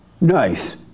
nice